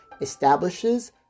establishes